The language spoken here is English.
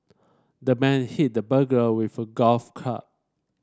the man hit the burglar with a golf club